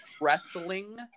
wrestling